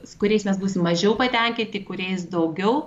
su kuriais mes būsim mažiau patenkinti kuriais daugiau